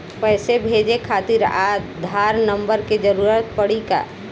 पैसे भेजे खातिर आधार नंबर के जरूरत पड़ी का?